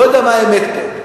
לא יודע מה האמת פה.